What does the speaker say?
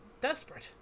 desperate